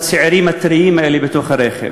הצעירים הטריים האלה, בתוך הרכב.